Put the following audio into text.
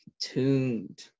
tuned